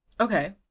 Okay